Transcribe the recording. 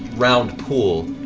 round pool,